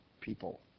people